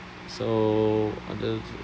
so others